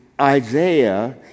Isaiah